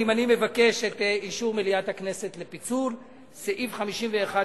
אני מבקש את אישור מליאת הכנסת לפיצול סעיף 51(2)